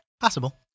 Possible